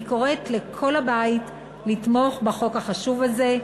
אני קוראת לכל הבית לתמוך בחוק החשוב הזה.